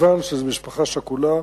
מכיוון שזו משפחה שכולה,